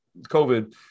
covid